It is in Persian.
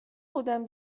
بودم